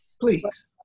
please